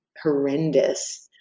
horrendous